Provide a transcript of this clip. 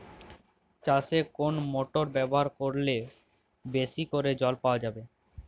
চাষে কোন মোটর ব্যবহার করলে বেশী করে জল দেওয়া যাবে?